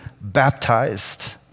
baptized